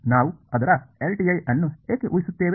ನಾವು ಅದರ LTI ಅನ್ನು ಏಕೆ ಉಹಿಸುತ್ತೇವೆ